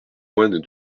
moines